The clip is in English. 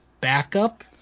backup